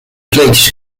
kleedjes